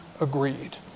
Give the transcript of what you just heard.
agreed